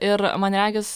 ir man regis